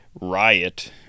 Riot